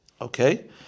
okay